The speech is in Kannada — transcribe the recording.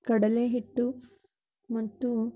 ಕಡಲೆಹಿಟ್ಟು ಮತ್ತು